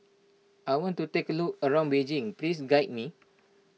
I want to take a look around Beijing please guide me